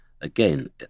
again